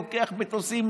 לוקח מטוסים,